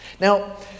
now